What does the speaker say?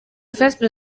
festival